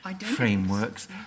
frameworks